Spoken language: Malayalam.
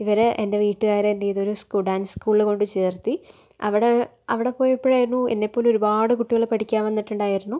ഇവര് എൻ്റെ വീട്ടുകാര് എന്ത് ചെയ്തു ഒരു സ്കൂ ഡാൻസ് സ്കൂളിൽ കൊണ്ട് ചേർത്തു അവിടെ അവിടെ പോയപ്പഴായിരുന്നു എന്നെപ്പോലെ ഒരുപാട് കുട്ടികള് പഠിക്കാൻ വന്നിട്ടുണ്ടായിരുന്നു